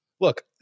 look